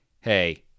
Hey